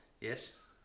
Yes